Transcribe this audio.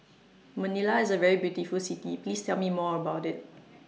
Manila IS A very beautiful City Please Tell Me More about IT